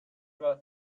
about